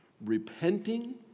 repenting